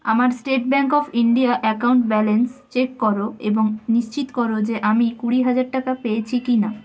আমার state bank of India account balance check করো এবং নিশ্চিত করো যে আমি কুড়ি হাজার টাকা পেয়েছি কি না